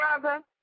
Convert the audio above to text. brother